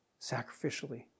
sacrificially